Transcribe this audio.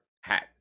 hat